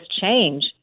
change